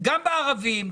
גם בקרב ערבים,